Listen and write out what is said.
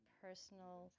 personal